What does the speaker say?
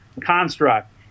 construct